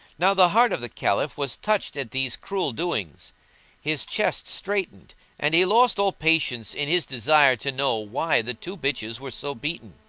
now the heart of the caliph, was touched at these cruel doings his chest straitened and he lost all patience in his desire to know why the two bitches were so beaten.